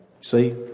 See